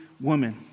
woman